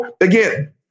again